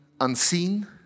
unseen